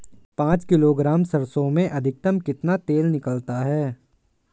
पाँच किलोग्राम सरसों में अधिकतम कितना तेल निकलता है?